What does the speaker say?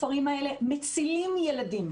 הכפרים האלה מצילים ילדים.